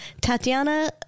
Tatiana